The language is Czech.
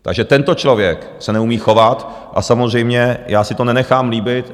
Takže tento člověk se neumí chovat a samozřejmě já si to nenechám líbit.